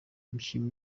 umukinnyi